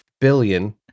billion